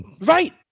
Right